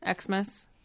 xmas